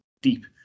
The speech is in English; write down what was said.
deep